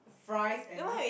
fries and just